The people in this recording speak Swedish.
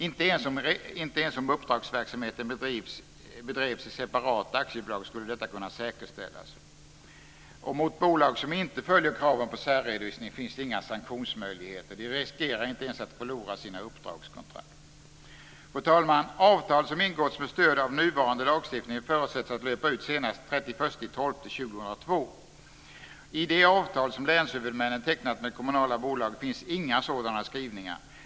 Inte ens om uppdragsverksamheten bedrevs i separat aktiebolag skulle detta kunna säkerställas. Mot bolag som inte följer kraven på särredovisning finns det inga sanktionsmöjligheter. De riskerar inte ens att förlora sina uppdragskontrakt. Fru talman! Avtal som ingåtts med stöd av nuvarande lagstiftning förutsätts löpa ut senast den 31 december 2002. I de avtal som länshuvudmännen tecknat med kommunala bolag finns inga sådana skrivningar.